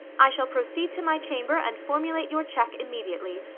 i shall proceed to my chamber and formulate your check immediately.